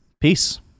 Peace